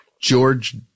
George